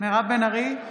מירב בן ארי,